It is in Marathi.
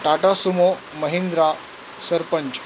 टाटा सुमो महिंद्रा सरपंच